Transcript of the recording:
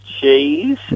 cheese